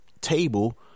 table